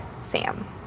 Sam